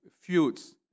feuds